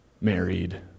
married